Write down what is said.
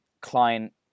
client